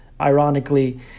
Ironically